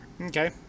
Okay